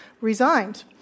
resigned